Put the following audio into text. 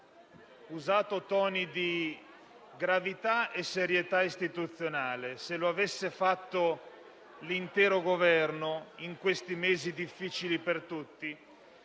usato toni di gravità e serietà istituzionale. Se lo avesse fatto l'intero Governo in questi mesi difficili per tutti,